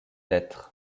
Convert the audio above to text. être